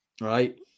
Right